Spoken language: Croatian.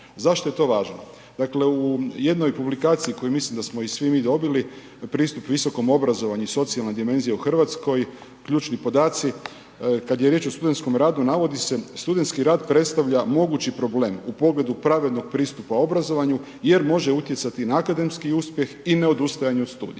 Zašto je to važno? U jednoj publikaciji koju mislim da smo i svi mi dobili, pristup visokom obrazovanju i socijalna dimenzija u RH ključni podaci, kad je riječ o studentskom radu navodi se studentski rad predstavlja mogući problem u pogledu pravednog pristupa obrazovanju jer može utjecati na akademski uspjeh i ne odustajanju od studija.